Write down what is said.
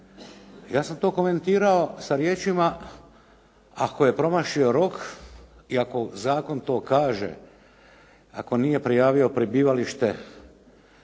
Ja sam to komentirao sa riječima ako je promašio rok i ako zakon to kaže, ako nije prijavio prebivalište